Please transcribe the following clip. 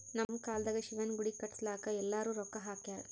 ನಮ್ ಕಾಲ್ದಾಗ ಶಿವನ ಗುಡಿ ಕಟುಸ್ಲಾಕ್ ಎಲ್ಲಾರೂ ರೊಕ್ಕಾ ಹಾಕ್ಯಾರ್